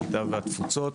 הקליטה והתפוצות.